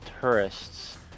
tourists